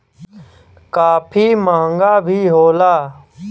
काफी महंगा भी होला